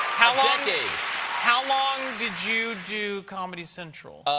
how long how long did you do comedy central?